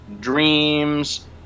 Dreams